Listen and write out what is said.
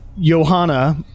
Johanna